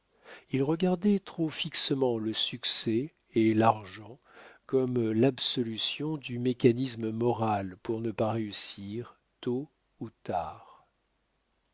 il regardait trop fixement le succès et l'argent comme l'absolution du mécanisme moral pour ne pas réussir tôt ou tard